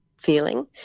feeling